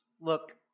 Look